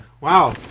Wow